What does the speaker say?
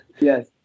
yes